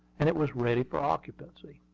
and it was ready for occupancy.